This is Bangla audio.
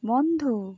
বন্ধু